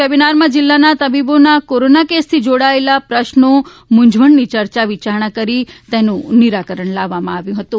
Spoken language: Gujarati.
વેબિનારમાં જિલ્લાના તબીબોના કોરોના કેસ થી જોડાયેલ પ્રશ્નો મુંઝવણની ચર્ચા વિચારણા કરી સંતોષકારક નિરાકરણ લાવવામાં આવ્યું હતુ